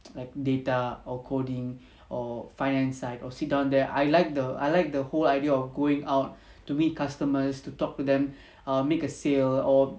like data or coding or finance side or sit down there I like the I like the whole idea of going out to meet customers to talk to them err make a sale or